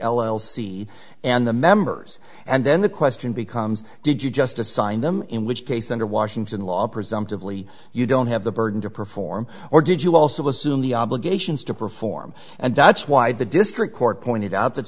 c and the members and then the question becomes did you just assign them in which case under washington law presumptively you don't have the burden to perform or did you also assume the obligations to perform and that's why the district court pointed out that